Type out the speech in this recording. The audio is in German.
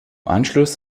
anschluss